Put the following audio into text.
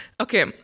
Okay